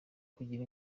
kugira